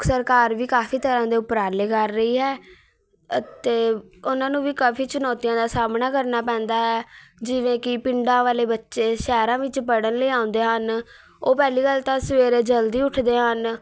ਸਰਕਾਰ ਵੀ ਕਾਫੀ ਤਰ੍ਹਾਂ ਦੇ ਉਪਰਾਲੇ ਕਰ ਰਹੀ ਹੈ ਅਤੇ ਉਹਨਾਂ ਨੂੰ ਵੀ ਕਾਫੀ ਚੁਣੋਤੀਆਂ ਦਾ ਸਾਹਮਣਾ ਕਰਨਾ ਪੈਂਦਾ ਹੈ ਜਿਵੇਂ ਕਿ ਪਿੰਡਾਂ ਵਾਲੇ ਬੱਚੇ ਸ਼ਹਿਰਾਂ ਵਿੱਚ ਪੜ੍ਹਨ ਲਈ ਆਉਂਦੇ ਹਨ ਉਹ ਪਹਿਲੀ ਗੱਲ ਤਾਂ ਸਵੇਰੇ ਜਲਦੀ ਉੱਠਦੇ ਹਨ